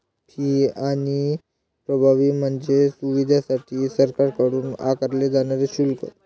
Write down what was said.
fee आणि प्रभावी म्हणजे सुविधांसाठी सरकारकडून आकारले जाणारे शुल्क